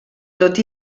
tot